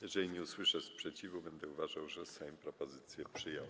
Jeżeli nie usłyszę sprzeciwu, będę uważał, że Sejm propozycje przyjął.